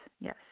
yes